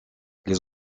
les